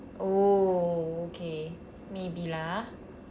oh okay maybe lah